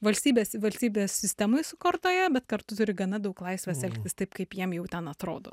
valstybės valstybės sistemoj sukurtoje bet kartu turi gana daug laisvės elgtis taip kaip jiem jau ten atrodo